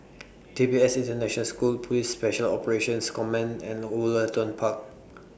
D P S International School Police Special Operations Command and Woollerton Park